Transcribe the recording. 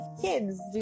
kids